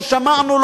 לא שמענו,